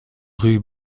rue